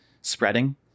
spreading